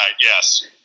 Yes